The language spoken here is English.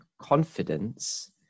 confidence